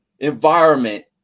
Environment